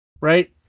Right